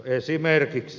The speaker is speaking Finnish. esimerkiksi